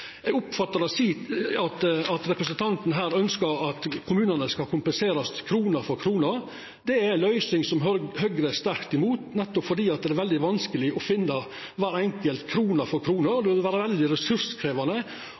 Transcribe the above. Eg oppfattar at representanten Greni ønskjer at kommunane skal kompenserast krone for krone. Det er ei løysing som Høgre er sterkt imot, fordi det er veldig vanskeleg å finna kvar enkelt krone, krone for krone. Det vil vera veldig ressurskrevjande